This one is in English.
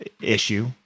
issue